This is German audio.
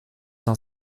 noch